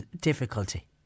difficulty